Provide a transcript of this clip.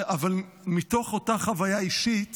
אבל מתוך אותה חוויה אישית